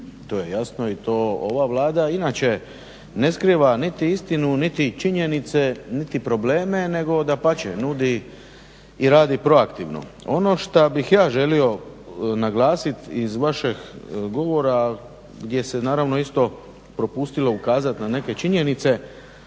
To je jasno i to ova Vlada inače ne skriva niti istinu, niti činjenice, niti probleme, nego dapače nudi i radi proaktivno. Ono šta bih ja želio naglasiti iz vašeg govora gdje se naravno isto propustilo ukazati na neke činjenice.